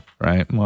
Right